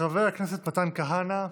חבר הכנסת מתן כהנא,